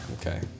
Okay